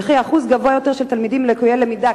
וכי אחוז גבוה יותר של תלמידים לקויי למידה,